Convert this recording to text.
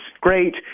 great